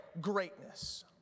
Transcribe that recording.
greatness